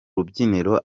rubyiniro